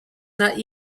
not